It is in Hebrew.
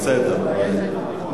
כשאני מדבר לא מצביעים.